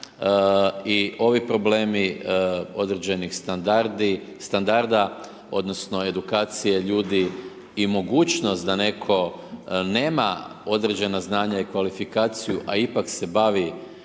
i ovi problemi određenih standarda odnosno edukacije ljudi i mogućnost da netko nema određena znanja i kvalifikaciju a ipak se bavi